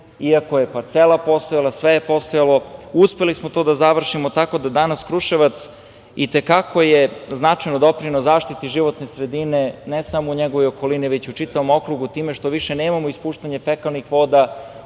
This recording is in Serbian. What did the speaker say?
iako je parcela postojala, sve je postojalo. Uspeli smo to da završimo, tako da danas Kruševac i te kako je značajno doprineo zaštiti životne sredine ne samo u njegovoj okolini, već u čitavom okrugu time što više nemamo ispuštanje fekalnih voda